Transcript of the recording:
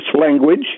language